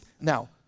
Now